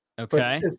Okay